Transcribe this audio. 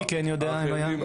מי כן יודע אם היה?